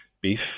Beef